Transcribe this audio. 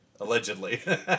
allegedly